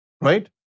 right